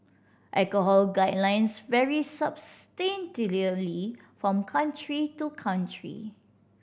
alcohol guidelines vary substantially from country to country